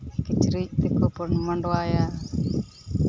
ᱠᱤᱪᱨᱤᱡ ᱛᱮᱠᱚ ᱢᱟᱰᱣᱟᱭᱟ